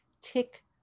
tick